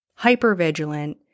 hypervigilant